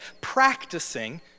practicing